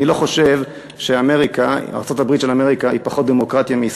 אני לא חושב שארצות-הברית של אמריקה עם שתי